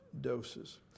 doses